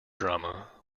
drama